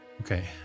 Okay